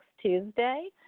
Tuesday